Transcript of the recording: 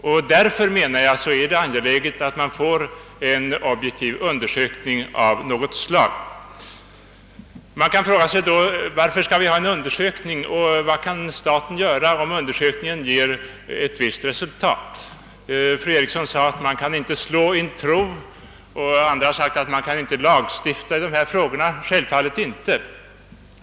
Och därför menar jag att det är angeläget att vi får en objektiv undersökning av dessa frågor. Man kan fråga sig vad staten kan göra om en sådan undersökning ger ett visst resultat. Fru Eriksson i Stockholm sade att man inte kan slå in tro, och andra har framhållit att man inte kan lagstifta i trosfrågor. Självfallet inte.